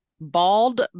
bald